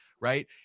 right